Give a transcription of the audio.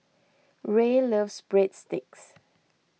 Rae loves Breadsticks